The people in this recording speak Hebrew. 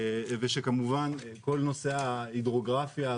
וכמובן כל נושא ההידרוגרפיה,